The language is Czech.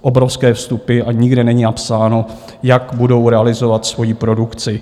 Obrovské vstupy a nikde není napsáno, jak budou realizovat svoji produkci.